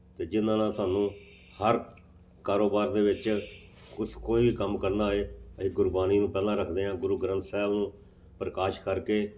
ਅਤੇ ਜਿਨ੍ਹਾਂ ਨਾਲ ਸਾਨੂੰ ਹਰ ਕਾਰੋਬਾਰ ਦੇ ਵਿੱਚ ਕੁਛ ਕੋਈ ਵੀ ਕੰਮ ਕਰਨਾ ਹੋਏ ਅਸੀਂ ਗੁਰਬਾਣੀ ਨੂੰ ਪਹਿਲਾਂ ਰੱਖਦੇ ਹਾਂ ਗੁਰੂ ਗ੍ਰੰਥ ਸਾਹਿਬ ਨੂੰ ਪ੍ਰਕਾਸ਼ ਕਰਕੇ